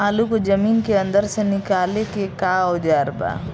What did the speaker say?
आलू को जमीन के अंदर से निकाले के का औजार बा?